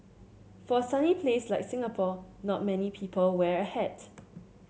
for a sunny place like Singapore not many people wear a hat